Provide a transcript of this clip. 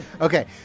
Okay